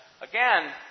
again